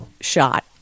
shot